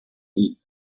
eat